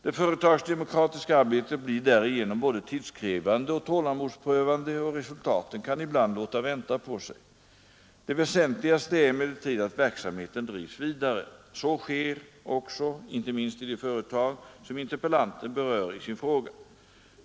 Det företagsdemokratiska arbetet blir därigenom både tidskrävande och tålamodsprövande och resultaten kan ibland låta vänta på sig. Det väsentligaste är emellertid att verksamheten drivs vidare. Så sker också, inte minst i de företag som interpellanten berör i sin fråga.